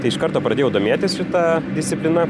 tai iš karto pradėjau domėtis šita disciplina